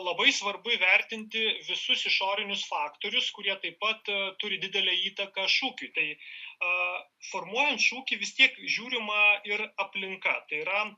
labai svarbu įvertinti visus išorinius faktorius kurie taip pat turi didelę įtaką šukiui tai formuojant šūkį vis tiek žiūrima ir aplinka tai yra